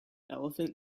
elephant